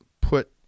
put